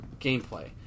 gameplay